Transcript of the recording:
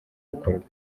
bikorwa